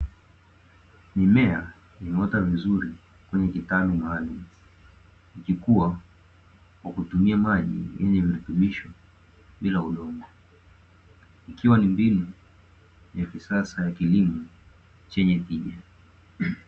Mimea imeota vizuri kwenye vitalu maalumu, ikikua kwa kutumia maji yenye virutubisho bila udongo. Ikiwa ni mbinu ya kisasa ya kilimo chenye tija.